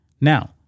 Now